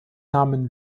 namen